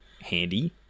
handy